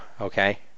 okay